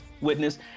witness